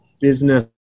business